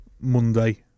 Monday